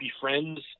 befriends